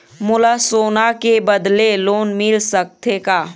मोला सोना के बदले लोन मिल सकथे का?